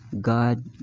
God